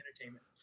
entertainment